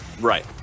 Right